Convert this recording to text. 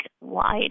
wide